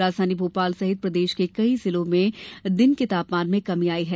राजधानी भोपाल सहित प्रदेश के कई जिलों में दिन के तापमान में कमी आई है